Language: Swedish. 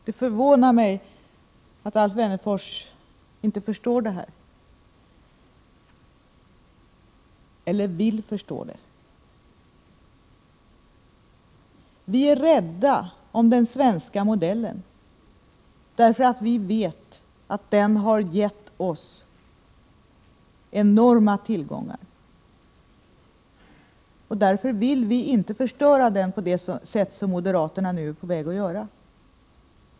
Det förvånar mig att Alf Wennerfors inte förstår detta — eller han kanske inte vill förstå det. Vi är rädda om den svenska modellen, därför att vi vet att den har gett oss enorma tillgångar. Därför vill vi inte förstöra den på det sätt som moderaterna nu är på väg att göra.